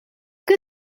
que